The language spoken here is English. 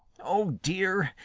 oh, dear,